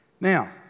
Now